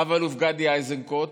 רב-אלוף גדי איזנקוט,